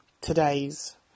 today's